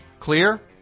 Clear